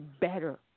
better